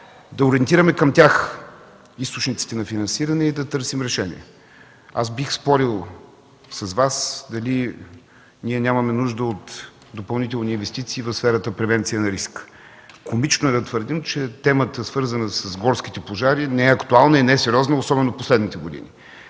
да ориентираме към тях източниците на финансиране и да търсим решение. Аз бих спорил с Вас дали ние нямаме нужда от допълнителни инвестиции в сферата превенция на риска. Комично е да твърдим, че темата, свързана с горските пожари, не е актуална и не е сериозна, особено в последните години.